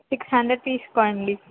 six hundred తీసుకోండి